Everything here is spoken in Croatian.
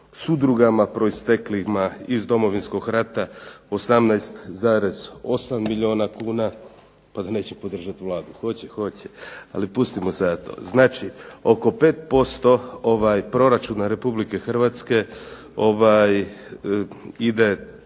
s udruga proisteklima iz Domovinskog rata 18,8 milijuna kuna, pa da neće podržati Vladu. Hoće, hoće, ali pustimo sada to. Znači oko 5% proračuna Republike Hrvatske ide